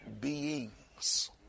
beings